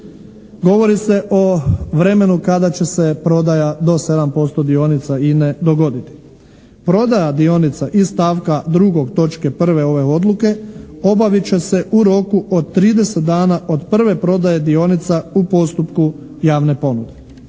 govori se o vremenu kada će se prodaja do 7% dionica INA-e dogoditi. Prodaja dionica iz stavka 2. točke 1. ove odluke obavit će se u roku od 30 dana od prve prodaje dionica u postupku javne ponude.